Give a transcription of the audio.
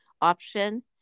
option